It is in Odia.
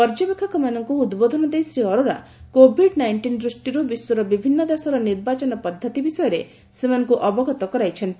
ପର୍ଯ୍ୟବେକ୍ଷକମାନଙ୍କୁ ଉଦ୍ବୋଧନ ଦେଇ ଶ୍ରୀ ଅରୋଡା କୋବିଡ୍ ନାଇଷ୍ଟିନ୍ ଦୃଷ୍ଟିରୁ ବିଶ୍ୱର ବିଭିନ୍ନ ଦେଶର ନିର୍ବାଚନ ପଦ୍ଧତି ବିଷୟରେ ସେମାନଙ୍କୁ ଅବଗତ କରାଇଛନ୍ତି